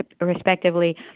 respectively